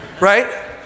right